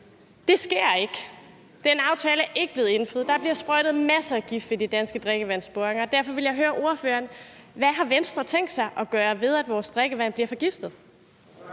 det sker ikke. Den aftale er ikke blevet overholdt. Der bliver sprøjtet med masser af gift ved de danske drikkevandsboringer. Derfor vil jeg høre ordføreren: Hvad har Venstre tænkt sig at gøre ved, at vores drikkevand bliver forgiftet?